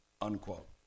unquote